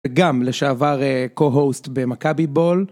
גם לשעבר co-host במכבי ball